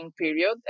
period